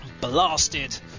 blasted